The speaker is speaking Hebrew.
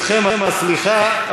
אתכם הסליחה,